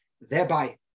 Thereby